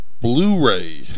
Blu-ray